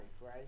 right